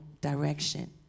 direction